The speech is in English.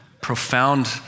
profound